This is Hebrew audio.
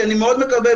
ואני מאוד מקווה,